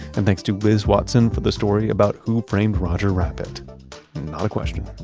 and thanks to liz watson for the story about who framed roger rabbit not a question.